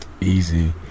Easy